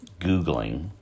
Googling